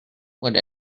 would